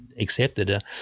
accepted